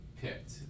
picked